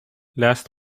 last